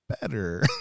better